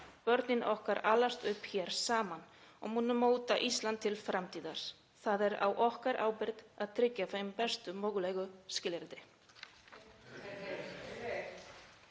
Börnin okkar alast upp hér saman og munu móta Ísland til framtíðar. Það er á okkar ábyrgð að tryggja þeim bestu mögulegu skilyrði.